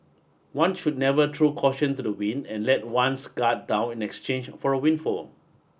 one should never throw caution to the wind and let one's guard down in exchange for a windfall